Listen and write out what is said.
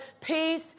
Peace